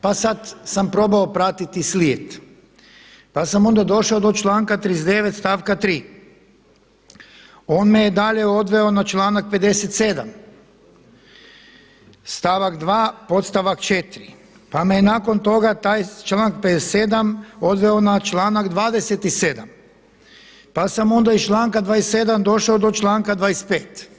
Pa sada sa probao pratiti slijed, pa sam onda došao do članka 39. stavka 3. on me je dalje odveo na članak 57. stavak 2. podstavak 4. pa me je nakon toga taj članak 57. odveo na članak 27. pa sam onda iz članka 27. došao do članka 25.